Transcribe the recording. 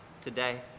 today